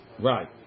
Right